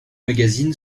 magazine